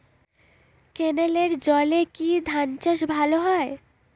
ক্যেনেলের জলে কি ধানচাষ ভালো হয়?